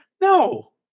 No